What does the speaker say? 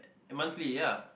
monthly ya